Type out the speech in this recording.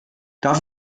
darf